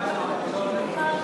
אדוני השר,